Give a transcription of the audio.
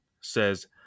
says